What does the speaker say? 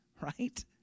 right